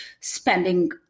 spending